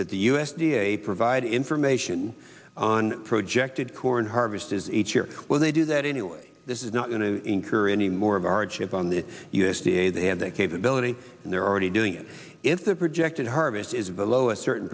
that the u s d a provide information on projected corn harvest as each year when they do that anyway this is not going to incur any more of our chip on the u s d a they have that capability and they're already doing it if the projected harvest is below a certain